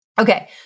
Okay